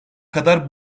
kadar